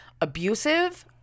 abusive